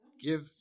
give